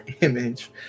image